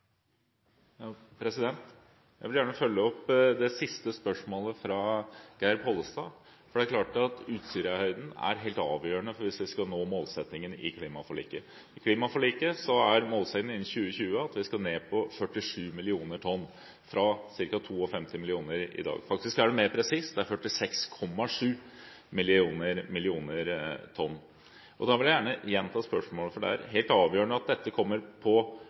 Geir Pollestad, for det er klart at Utsirahøyden er helt avgjørende hvis vi skal nå målsettingen i klimaforliket. I klimaforliket er målsettingen at vi innen 2020 skal ned til 47 millioner tonn – mer presist 46,7 millioner tonn – fra ca. 52 millioner tonn i dag. Da vil jeg gjerne gjenta spørsmålet, for det er helt avgjørende at dette kommer på